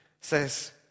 says